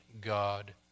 God